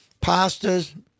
pastas